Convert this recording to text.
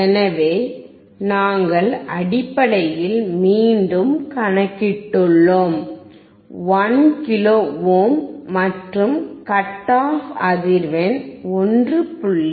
எனவே நாங்கள் அடிப்படையில் மீண்டும் கணக்கிட்டுள்ளோம் 1 கிலோ ஓம் மற்றும் கட் ஆஃப் அதிர்வெண் 1